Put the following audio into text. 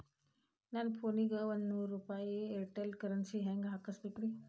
ನನ್ನ ಫೋನಿಗೆ ಒಂದ್ ನೂರು ರೂಪಾಯಿ ಏರ್ಟೆಲ್ ಕರೆನ್ಸಿ ಹೆಂಗ್ ಹಾಕಿಸ್ಬೇಕ್ರಿ?